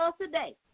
today